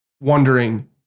wondering